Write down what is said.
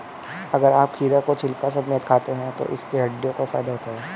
अगर आप खीरा को छिलका समेत खाते हैं तो इससे हड्डियों को फायदा होता है